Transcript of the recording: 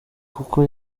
kuko